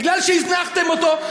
מפני שהזנחתם אותו,